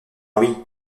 oui